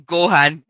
Gohan